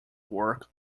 work